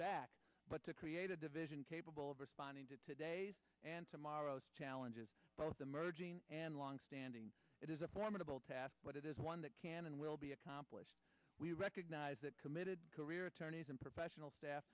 back but to create a division capable of responding to today's and tomorrow's challenges both the merging and long standing it is a formidable task but it is one that can and will be accomplished we recognize that committed career attorneys and professional staff